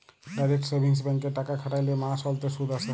direct savings ব্যাংকে টাকা খ্যাটাইলে মাস অল্তে সুদ আসে